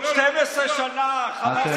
12 שנה החמאס ידע שבנט יהיה ראש ממשלה.